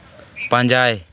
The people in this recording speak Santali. ᱯᱟᱸᱡᱟᱭ